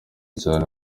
cyane